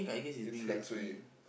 it's heng suay